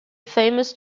famous